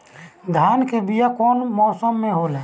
धान के बीया कौन मौसम में होला?